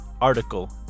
article